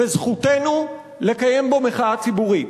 וזכותנו לקיים בו מחאה ציבורית